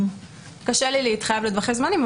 קשה לי להתחייב לטווחי זמנים.